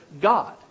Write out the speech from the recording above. God